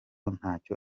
ntaco